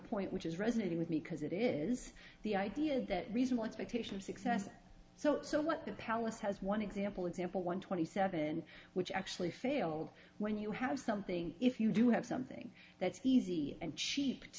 point which is resonating with me because it is the idea that reasonable expectation of success so so what the palace has one example example one twenty seven which actually failed when you have something if you do have something that's easy a